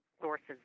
sources